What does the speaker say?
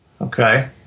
okay